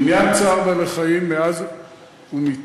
עניין צער בעלי-חיים מאז ומתמיד,